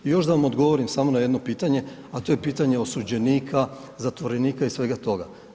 I još da vam odgovorim samo na jedno pitanje, a to je pitanje osuđenika, zatvorenika i svega toga.